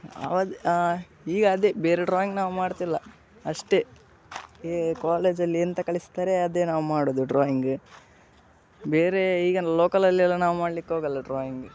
ಅವ ಈಗ ಅದೆ ಬೇರೆ ಡ್ರಾಯಿಂಗ್ ನಾವು ಮಾಡ್ತಿಲ್ಲ ಅಷ್ಟೆ ಈ ಕಾಲೇಜಲ್ಲಿ ಎಂತ ಕಲಿಸ್ತಾರೆ ಅದೆ ನಾವು ಮಾಡೋದು ಡ್ರಾಯಿಂಗ್ ಬೇರೆ ಈಗ ಲೋಕಲಲ್ಲಿ ಎಲ್ಲ ನಾವು ಮಾಡ್ಲಿಕ್ಕೆ ಹೋಗಲ್ಲ ಡ್ರಾಯಿಂಗ್